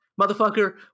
motherfucker